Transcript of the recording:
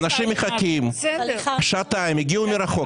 אנשים מחכים שעתיים, הגיעו מרחוק.